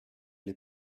les